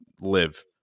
live